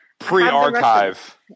pre-archive